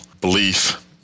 belief